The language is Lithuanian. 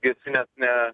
gesinęs ne